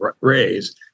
raise